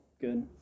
Good